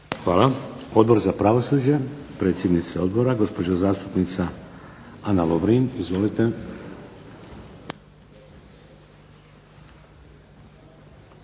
Hvala. Odbor za pravosuđe, predsjednica Odbora, gospođa zastupnica Ana Lovrin. Izvolite.